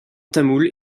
tamoul